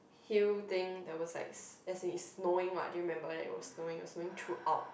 hill thing that was like let's say is knowing what do you remember that was knowing was knowing throughout